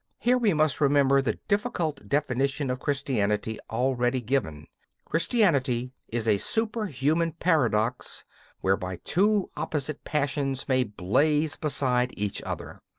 here we must remember the difficult definition of christianity already given christianity is a superhuman paradox whereby two opposite passions may blaze beside each other.